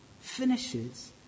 finishes